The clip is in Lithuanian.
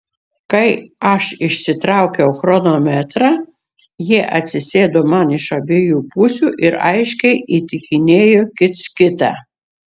kai aš išsitraukiau chronometrą jie atsisėdo man iš abiejų pusių ir aiškiai įtikinėjo kits kitą